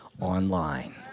online